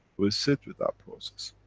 we sit with that process,